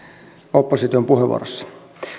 opposition puheenvuorossa